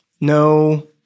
no